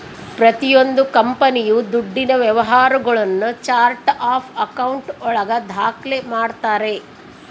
ಪ್ರತಿಯೊಂದು ಕಂಪನಿಯು ದುಡ್ಡಿನ ವ್ಯವಹಾರಗುಳ್ನ ಚಾರ್ಟ್ ಆಫ್ ಆಕೌಂಟ್ ಒಳಗ ದಾಖ್ಲೆ ಮಾಡ್ತಾರೆ